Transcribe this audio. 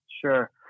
Sure